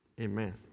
Amen